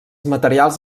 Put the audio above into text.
materials